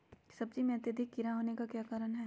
सब्जी में अत्यधिक कीड़ा होने का क्या कारण हैं?